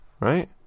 Right